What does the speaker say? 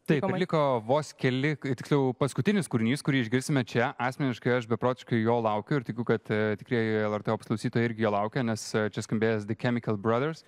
taip ir liko vos keli kai tiksliau paskutinis kūrinys kurį išgirsime čia asmeniškai aš beprotiškai jo laukiu ir tikiu kad tikrieji lrt opus irgi jo laukia nes čia skambės the chemical brothers